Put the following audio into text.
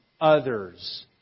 others